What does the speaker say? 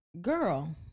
girl